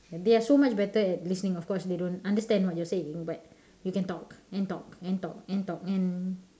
and they are so much better at listening of course they don't understand what you're saying but you can talk and talk and talk and